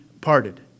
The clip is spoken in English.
parted